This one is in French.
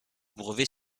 brevet